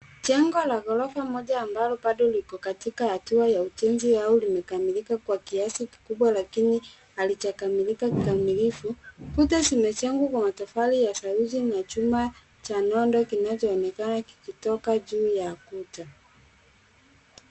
Jengo la ghorofa moja ambalo bado liko katika hatua ya ujenzi, au likamilikwa kwa kiasi kikubwa lakini halijakamilika kamilifu. Kuta zimejengwa kwa matofali ya saruji na chuma cha nondo kinachoonekana kikitoka juu ya kuta.